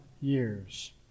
years